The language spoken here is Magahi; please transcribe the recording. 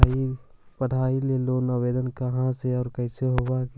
पढाई ल लोन के आवेदन कहा औ कैसे होब है?